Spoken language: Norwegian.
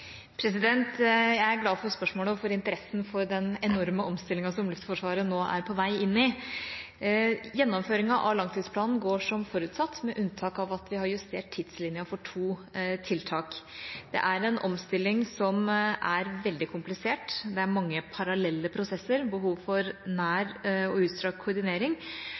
Jeg er glad for spørsmålet og for interessen for den enorme omstillinga som Luftforsvaret nå er på vei inn i. Gjennomføringa av langtidsplanen går som forutsatt, med unntak av at vi har justert tidslinja for to tiltak. Det er en omstilling som er veldig komplisert. Det er mange parallelle prosesser og behov for nær og utstrakt koordinering.